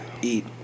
Eat